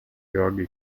georgi